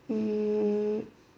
mm